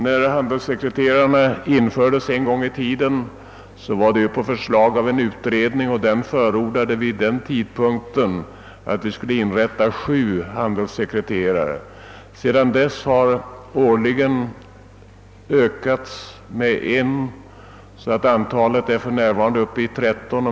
När = handelssekreterarinstitutionen infördes en gång i tiden var det på förslag av en utredning som förordade att vi skulle inrätta sju handelssekreterartjänster. Sedan dess har det årligen tillkommit en så att antalet för närvarande är uppe i 13.